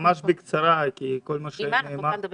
ממש בקצרה כי כל מה שנאמר